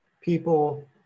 people